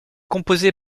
composée